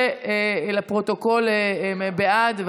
שלפרוטוקול, הם בעד.